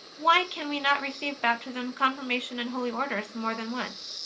why can we not receive baptism, confirmation, and holy orders more than once?